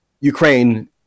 Ukraine